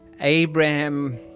Abraham